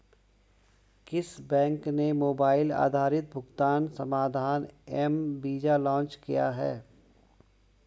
किस बैंक ने मोबाइल आधारित भुगतान समाधान एम वीज़ा लॉन्च किया है?